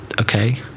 okay